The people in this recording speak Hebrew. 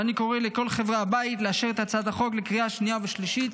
ואני קורא לכל חברי הבית לאשר את הצעת החוק בקריאה השנייה והשלישית.